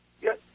Yes